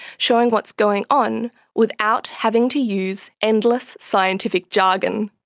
showing what's going on without having to use endless scientific jargon.